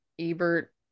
Ebert